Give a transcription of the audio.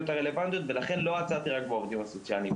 הרלוונטיות ולכן לא עצרתי רק בעובדים הסוציאליים.